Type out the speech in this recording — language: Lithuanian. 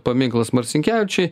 paminklas marcinkevičiui